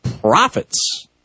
profits